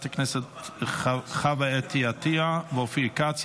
הכנסת חוה אתי עטייה וחבר הכנסת אופיר כץ.